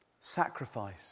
Sacrifice